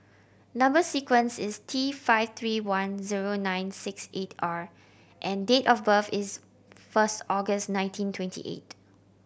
number sequence is T five three one zero nine six eight R and date of birth is first August nineteen twenty eight